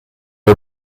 are